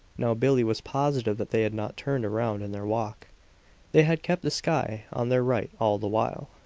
now billie was positive that they had not turned around in their walk they had kept the sky on their right all the while.